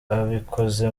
abikoze